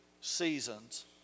seasons